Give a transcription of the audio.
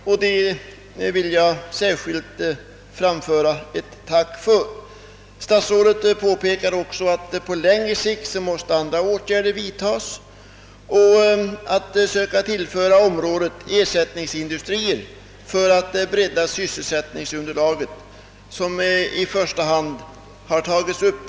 Detta vill jag framföra ett särskilt tack för. Statsrådet påpekade också att andra åtgärder måste vidtagas på längre sikt för att söka tillföra området ersättningsindustrier i syfte att bredda sysselsättningsunderlaget. Jag delar helt den synpunkten.